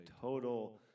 total